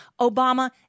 Obama